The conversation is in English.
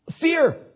Fear